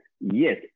yes